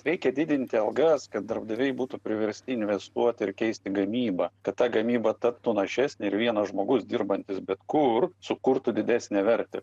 reikia didinti algas kad darbdaviai būtų priversti investuoti ir keisti gamybą kad ta gamyba taptų našesnė ir vienas žmogus dirbantis bet kur sukurtų didesnę vertę